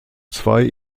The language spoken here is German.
zwei